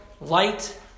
light